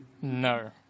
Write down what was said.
No